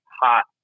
hot